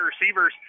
receivers